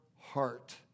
heart